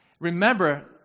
Remember